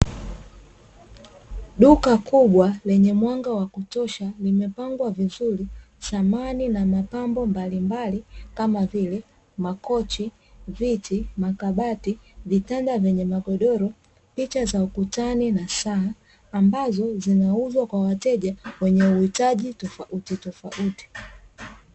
Duka kubwa lenye mwanga wa kutosha limepangwa vizuri, samani na mapambo mbalimbali kama vile: makochi, viti, makabati, vitanda vyenye magodoro, picha za ukutani na saa, ambazo zinauzwa kwa wateja wenye uhitaji tofautitofauti.